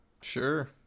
Sure